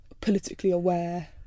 politically-aware